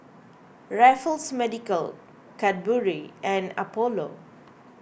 Raffles Medical Cadbury and Apollo